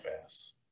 fast